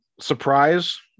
surprise